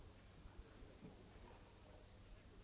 En sådan väg borde vara framkomlig i avvaktan på en ny abortlag.